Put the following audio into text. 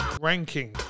Ranking